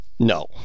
No